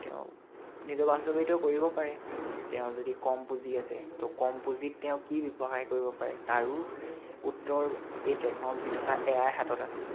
তেওঁ নিজেও বাস্তৱায়িত কৰিব পাৰে তেওঁ যদি কম পুজি আছে ত' কম পুজিত তেওঁ কি ব্যৱসায় কৰিব পাৰে তাৰো উত্তৰ এই টেকন'লজি তথা এ আইৰ হাতত আছে